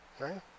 Right